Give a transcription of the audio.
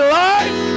life